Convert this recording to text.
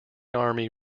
army